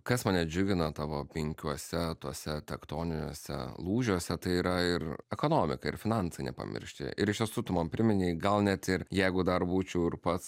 kas mane džiugina tavo penkiuose tuose tektoniniuose lūžiuose tai yra ir ekonomika ir finansai nepamiršti ir iš tiesų tu man priminei gal net ir jeigu dar būčiau ir pats